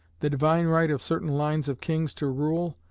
the divine right of certain lines of kings to rule,